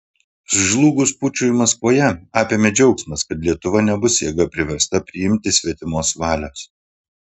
žlugus pučui maskvoje apėmė džiaugsmas kad lietuva nebus jėga priversta priimti svetimos valios